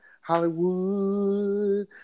Hollywood